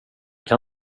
kan